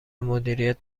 مدیریت